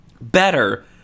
better